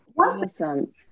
awesome